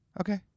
Okay